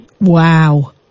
Wow